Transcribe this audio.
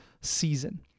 season